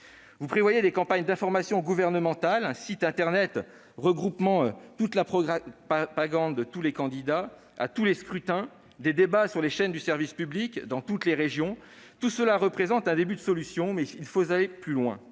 Vous prévoyez des campagnes d'informations gouvernementales, un site internet regroupant toute la propagande de tous les candidats à tous les scrutins, des débats sur les chaînes du service public dans toutes les régions : ces mesures représentent un début de solution, mais il faut aller plus loin.